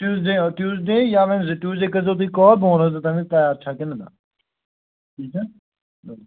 Tuesday آ Tuesday یا Wednesday Tuesday کٔرزیو تُہۍ کال بہٕ وَنہو تۄہہِ تٔمہِ وِزۍ تیار چھا کِنہٕ نہٕ ٹھیٖک چھا چلو